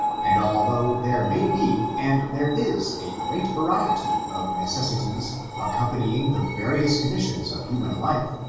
and although there may be and there is a great variety of necessities accompanying the various conditions of human life,